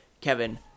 Kevin